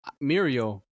Muriel